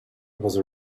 was